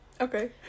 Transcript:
Okay